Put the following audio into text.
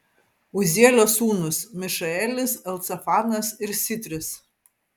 uzielio sūnūs mišaelis elcafanas ir sitris